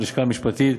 הלשכה המשפטית,